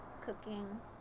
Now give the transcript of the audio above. cooking